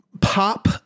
pop